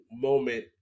moment